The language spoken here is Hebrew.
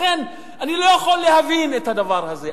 לכן אני לא יכול להבין את הדבר הזה,